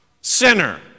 sinner